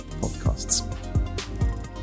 podcasts